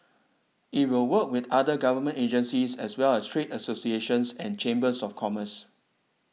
it will work with other government agencies as well as trade associations and chambers of commerce